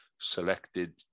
selected